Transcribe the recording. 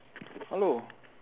hello